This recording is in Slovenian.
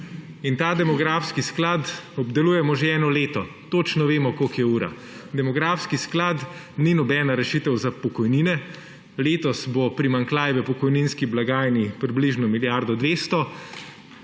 Ta demografski sklad obdelujemo že eno leto, točno vemo, koliko je ura. Demografski sklad ni nobena rešitev za pokojnine. Letos bo primanjkljaj v pokojninski blagajni približno milijarda 200,